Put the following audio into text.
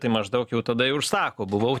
tai maždaug jau tada jau ir sako buvau